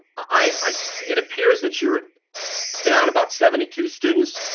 i it appears that you're down about seventy two students,